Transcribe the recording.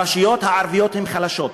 הרשויות הערביות הן חלשות,